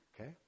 Okay